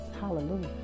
Hallelujah